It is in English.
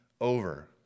over